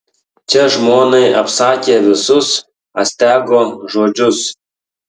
čia žmonai apsakė visus astiago žodžius